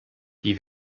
die